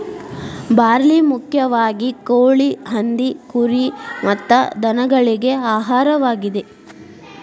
barley ಮುಖ್ಯವಾಗಿ ಕೋಳಿ, ಹಂದಿ, ಕುರಿ ಮತ್ತ ದನಗಳಿಗೆ ಆಹಾರವಾಗಿದೆ